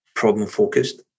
problem-focused